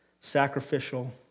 sacrificial